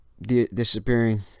disappearing